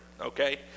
Okay